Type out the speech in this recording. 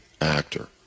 actor